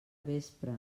vespra